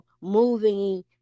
moving